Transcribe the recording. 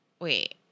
Wait